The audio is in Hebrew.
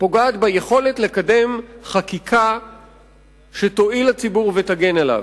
פוגעת ביכולת לקדם חקיקה שתועיל לציבור ותגן עליו.